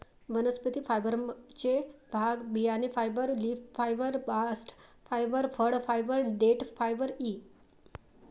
वनस्पती फायबरचे भाग बियाणे fibre, leaf fibre, bast fibre, फळ फायबर, देठ फायबर इ